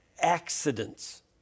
Accidents